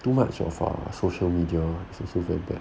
too much of our social media it's also very bad